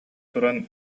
туран